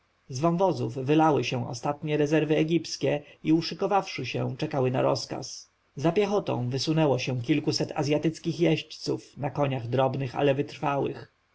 wąwozów wylały się ostatnie rezerwy egipskie i uszykowawszy się czekały na rozkaz za piechotą wysunęło się kilkuset azjatyckich jeźdźców na koniach drobnych ale wytrwałych